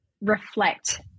reflect